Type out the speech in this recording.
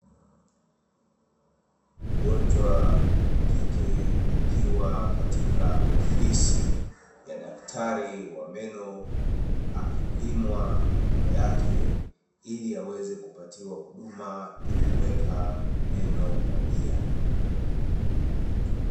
Mgonjwa wa kike akiwa katika ofisi ya daktari wa meno, akipimwa meno yake ili aweze kupatiwa huduma ya kuweka meno bandia.